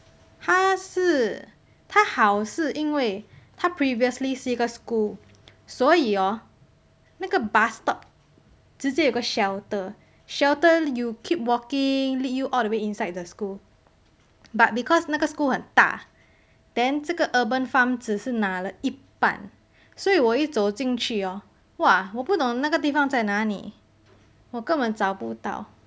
它是它好是因为它 previously 是一个 school 所以 orh 那个 bus stop 直接有一个 shelter shelter you keep walking lead you all the way inside the school but because 那个 school 很大 then 这个 urban farm 只是拿了一半所以我一走进去哦哇我不懂那个地方在哪里我根本找不到